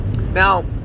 Now